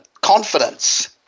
confidence